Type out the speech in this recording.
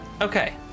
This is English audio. Okay